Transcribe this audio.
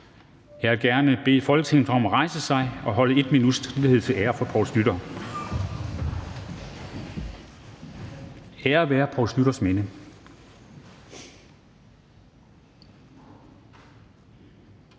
Jeg vil gerne bede Folketinget om at rejse sig og holde 1 minuts stilhed til ære for Poul Schlüter. Æret være Poul Schlüters minde!